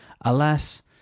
Alas